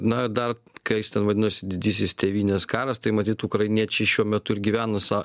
na dar ką jis ten vadinosi didysis tėvynės karas tai matyt ukrainiečiai šiuo metu ir gyvena sa